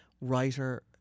writer